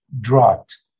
dropped